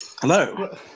Hello